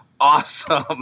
awesome